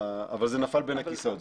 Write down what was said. אבל זה נפל בין הכיסאות.